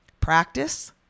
practice